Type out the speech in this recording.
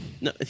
No